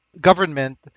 government